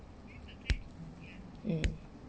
mm